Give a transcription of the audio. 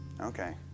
Okay